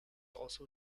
also